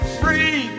free